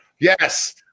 Yes